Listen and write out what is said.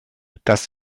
das